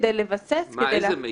כדי לבסס --- איזה מידע?